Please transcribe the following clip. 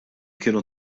kienu